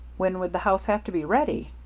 when would the house have to be ready?